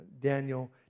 Daniel